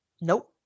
Nope